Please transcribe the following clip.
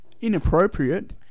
Inappropriate